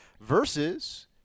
versus